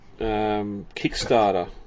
Kickstarter